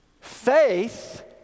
Faith